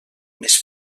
més